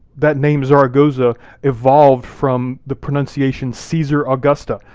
that name zaragoza evolved from the pronunciation caesar augusta.